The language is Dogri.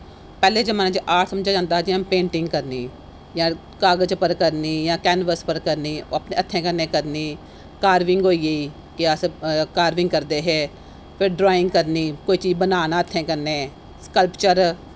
पैह्लें जमानै च आर्ट समझेआ जंदा हा जि'यां पेंटिंग करनी जां कागज पर करनी जां कैनबस पर करनी अपने हत्थैं कन्नै करनी कारबिंग होई गेई फ्ही अस कारबिंग करदे हे फिर ड्राईंग करना फिर कोई चीज बनाना हत्थें कन्नै सकल्पचर